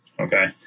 okay